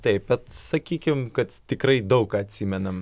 taip bet sakykim kad tikrai daug ką atsimenam